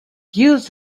use